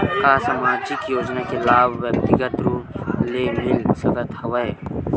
का सामाजिक योजना के लाभ व्यक्तिगत रूप ले मिल सकत हवय?